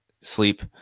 sleep